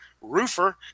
roofer